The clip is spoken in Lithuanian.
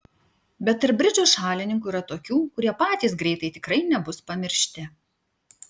bet tarp bridžo šalininkų yra tokių kurie patys greitai tikrai nebus pamiršti